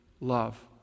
love